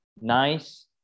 nice